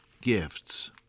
gifts